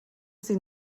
sie